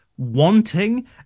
Wanting